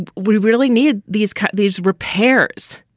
we really need these these repairs.